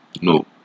no